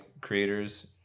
creators